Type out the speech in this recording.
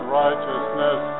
righteousness